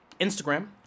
instagram